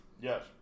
Yes